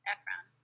Efron